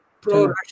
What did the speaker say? pro